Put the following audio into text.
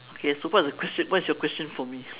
okay so what's the question what is your question for me